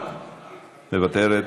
מוותרת,